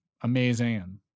amazing